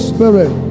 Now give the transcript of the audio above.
Spirit